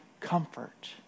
comfort